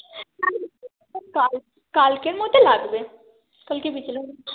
কাল কালকের মধ্যে লাগবে কালকে বিকেলে